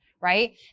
Right